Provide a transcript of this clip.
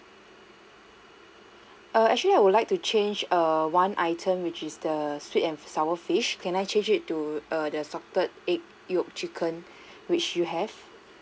err actually I would like to change err one item which is the sweet and sour fish can I change it to err the salted egg yolk chicken which you have